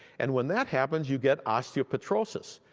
and when that happens, you get osteopetrosis.